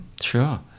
sure